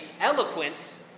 eloquence